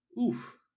Oof